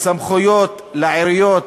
סמכויות לעיריות